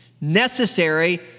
necessary